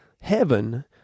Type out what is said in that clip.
heaven